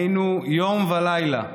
היינו יום ולילה,